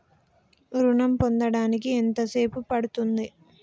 ఋణం పొందడానికి ఎంత సేపు పడ్తుంది?